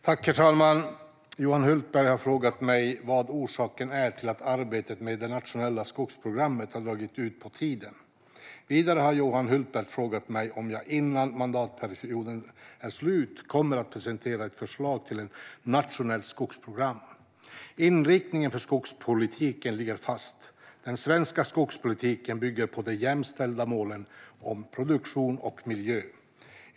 Herr talman! Johan Hultberg har frågat mig vad orsaken är till att arbetet med det nationella skogsprogrammet har dragit ut på tiden. Vidare har Johan Hultberg frågat mig om jag innan mandatperioden är slut kommer att presentera ett förslag till ett nationellt skogsprogram. Inriktningen för skogspolitiken ligger fast. Den svenska skogspolitiken bygger på de jämställda målen om produktion och miljö.